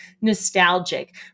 nostalgic